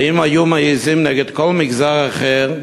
האם היו מעזים נגד כל מגזר אחר?